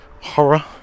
horror